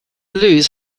lose